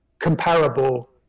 comparable